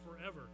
forever